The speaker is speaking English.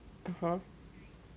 (uh huh)